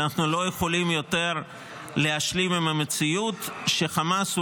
שאנחנו לא יכולים יותר להשלים עם המציאות שחמאס הוא